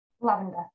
Lavender